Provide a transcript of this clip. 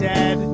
Dead